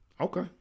Okay